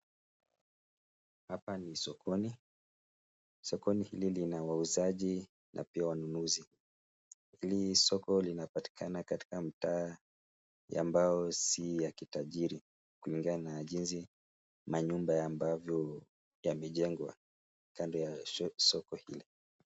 Hapa ni sokoni, sokoni hili lina wauzaji na pia wanunuzi hili soko linapatikana katika mtaa ambayo si ya kitajiri kulingana na jinsi manyumba ambayo yamejengwa kando ya soko hili